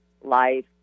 life